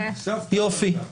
יופי.